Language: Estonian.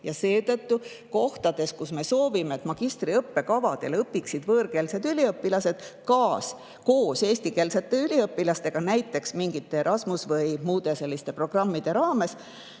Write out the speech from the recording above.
Ja seetõttu kohtades, kus me soovime, et magistriõppekavadel õpiksid võõrkeelsed üliõpilased ka koos eestikeelsete üliõpilastega, näiteks mingi Erasmuse programmi või muude selliste programmide raames,